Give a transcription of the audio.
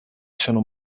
sono